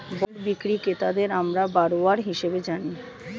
bond বিক্রি ক্রেতাদের আমরা বরোয়ার হিসেবে জানি